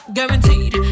Guaranteed